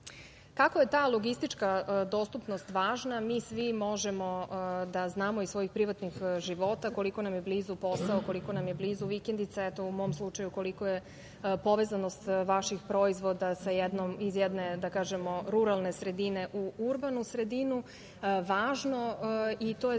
je ta logistička dostupnost važna, mi svi možemo da znamo iz svojih privatnih života koliko nam je blizu posao, koliko nam je blizu vikendica. Eto, u mom slučaju, koliko je povezanost vaših proizvoda iz jedne, da kažem, ruralne sredine u urbanu sredinu, važno i to je